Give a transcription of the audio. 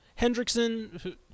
Hendrickson